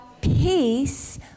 peace